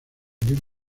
bien